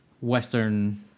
Western